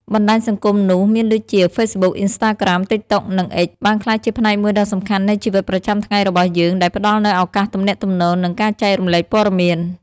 បណ្តាញសង្គមនោះមានដូចជា ហ្វេសប៊ុក អ៊ីនស្តារក្រាម តិកតុក និង អ៊ិច បានក្លាយជាផ្នែកមួយដ៏សំខាន់នៃជីវិតប្រចាំថ្ងៃរបស់យើង ដែលផ្តល់នូវឱកាសទំនាក់ទំនង និងការចែករំលែកព័ត៌មាន។